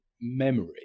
memory